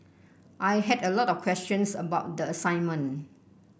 I had a lot of questions about the assignment